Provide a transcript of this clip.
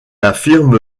affirme